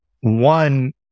One